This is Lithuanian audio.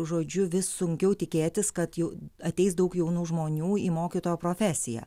žodžiu vis sunkiau tikėtis kad jau ateis daug jaunų žmonių į mokytojo profesiją